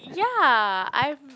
ya I'm